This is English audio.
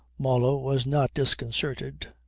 marlow was not disconcerted.